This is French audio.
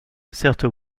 certes